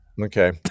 Okay